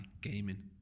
gaming